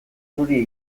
zuri